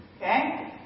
Okay